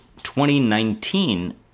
2019